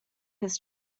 his